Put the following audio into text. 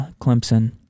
Clemson